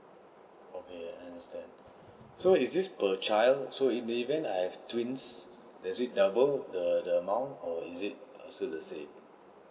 okay I understand so is this per child so in the event I have twins does it double the the amount or is it err still the same